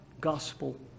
gospel